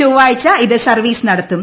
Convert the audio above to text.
ചൊവ്വാഴ്ച ഇത് സർവ്വീസ് നടത്തും